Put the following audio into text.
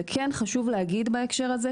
וכן חשוב להגיד בהקשר הזה,